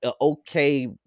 okay